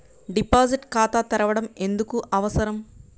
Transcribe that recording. Deposit ఖాతా తెరవడం ఎందుకు అవసరం?